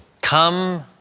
Come